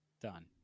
done